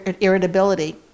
irritability